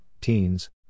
teens